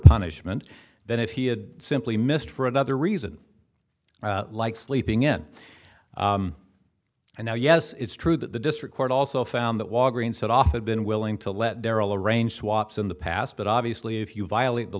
punishment than if he had simply missed for another reason like sleeping in and now yes it's true that the district court also found that walgreens set off had been willing to let darryl arrange wops in the past but obviously if you violate the